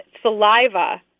saliva